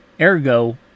Ergo